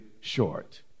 short